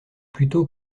plutôt